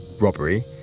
robbery